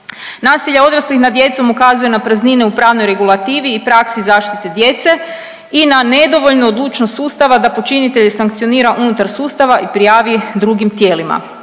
Nasilje odraslih nad djecom ukazuje na praznine u pravnoj regulativi i praksi zaštite djece i na nedovoljnu odlučnost sustava da počinitelje sankcionira unutar sustava i prijavi ih drugim tijelima.